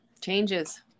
Changes